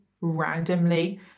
randomly